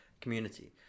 community